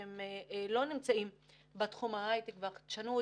שהן לא נמצאות בתחום ההיי-טק והחדשנות,